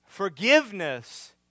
Forgiveness